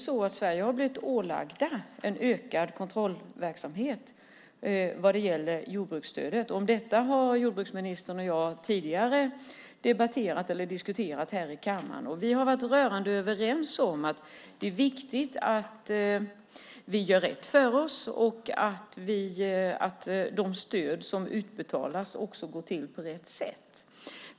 Sverige har blivit ålagd en ökad kontrollverksamhet vad gäller jordbruksstödet. Detta har jordbruksministern och jag tidigare diskuterat här i kammaren. Vi har varit rörande överens om att det är viktigt att vi gör rätt för oss och att de stöd som utbetalas hanteras på rätt sätt.